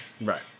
Right